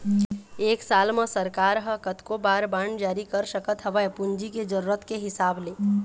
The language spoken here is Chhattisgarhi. एक साल म सरकार ह कतको बार बांड जारी कर सकत हवय पूंजी के जरुरत के हिसाब ले